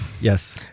Yes